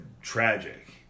tragic